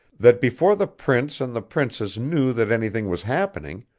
that before the prince and the princess knew that anything was happening,